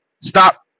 stop